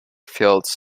fields